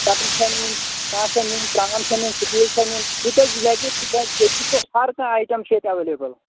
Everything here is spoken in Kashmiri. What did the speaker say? کٮ۪ٹٕلۍ چھےٚ نِنۍ کیٛاہ چھےٚ نِنۍ ترٛام چھےٚ نیُٚن سِٹیٖل چھےٚ نیُٚن یہِ تۄہہِ لَگوٕ سُہ ییٚتی تہٕ ہرکانٛہہ آیٹَم چھ ییٚتہِ ایویلیبٕل